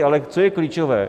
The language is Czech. Ale co je klíčové?